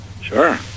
Sure